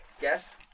guess